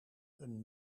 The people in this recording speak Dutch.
een